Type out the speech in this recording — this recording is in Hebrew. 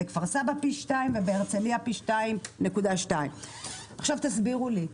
בכפר סבא פי 2 ובהרצליה פי 2.2. עכשיו תסבירו לי.